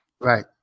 Right